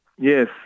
Yes